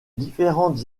différentes